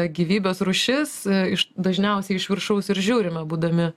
gyvybės rūšis iš dažniausiai iš viršaus ir žiūrime būdami